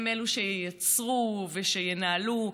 הם שייצרו ושינהלו,